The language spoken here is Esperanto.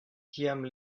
tiam